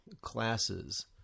classes